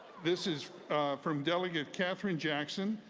this is from delegate katherine jackson,